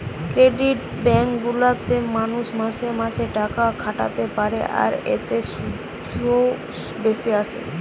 credit bank গুলা তে মানুষ মাসে মাসে টাকা খাটাতে পারে আর এতে শুধও বেশি আসে